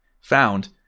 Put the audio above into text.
found